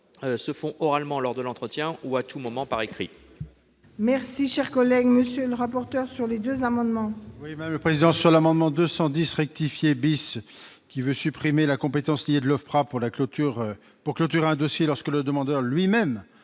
se faire oralement lors de l'entretien ou à tout moment par écrit.